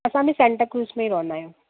असां बि सेंटा क्रूज़ में रहंदा आहियूं